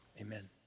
amen